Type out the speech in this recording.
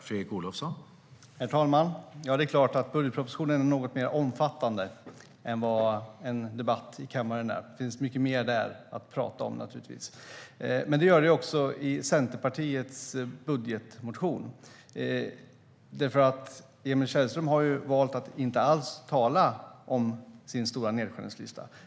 Herr talman! Det är klart att budgetpropositionen är något mer omfattande än vad en debatt i kammaren är. Det finns mycket mer där att tala om. Det gör det också i Centerpartiets budgetmotion. Emil Källström har valt att inte alls tala om sin stora nedskärningslista.